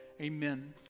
amen